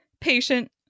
Patient